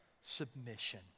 submission